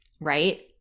Right